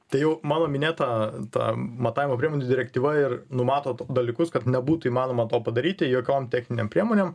tai jau mano minėta ta matavimo priemonių direktyva ir numato dalykus kad nebūtų įmanoma to padaryti jokiom techninėm priemonėm